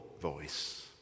voice